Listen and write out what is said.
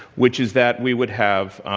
which is that we would have